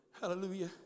Hallelujah